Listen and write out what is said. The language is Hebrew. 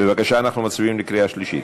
בבקשה, אנחנו מצביעים בקריאה שלישית.